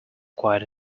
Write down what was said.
quite